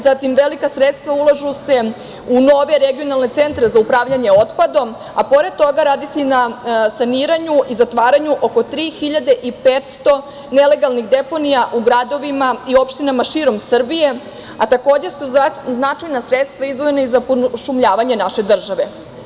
Zatim, velika sredstva ulažu se u nove regionalne centre za upravljanje otpadom, a pored toga radi se i na saniranju i zatvaranju oko 3.500 nelegalnih deponija u gradovima i opštinama širom Srbije, a takođe su značajna sredstva izdvojena i za pošumljavanje naše države.